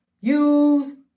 Use